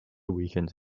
weakened